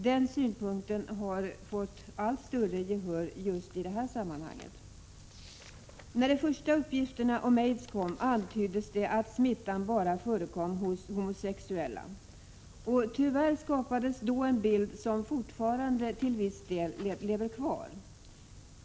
Den synpunkten har fått allt större gehör i det här sammanhanget. När de första uppgifterna om aids kom antyddes det att smittan bara förekom hos homosexuella. Tyvärr skapades då en bild som fortfarande till viss del lever kvar.